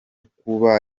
kuba